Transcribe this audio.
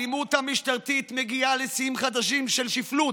האלימות המשטרתית מגיעה לשיאים חדשים של שפלות.